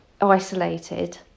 isolated